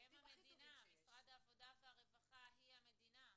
הם המדינה, משרד העבודה והרווחה הוא המדינה.